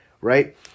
right